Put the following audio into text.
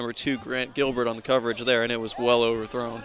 and were to grant gilbert on the coverage there and it was well overthrown